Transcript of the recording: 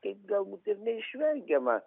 tai galbūt ir neišvengiama